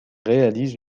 réalise